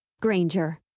Granger